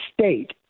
state